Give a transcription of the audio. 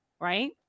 Right